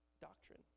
doctrine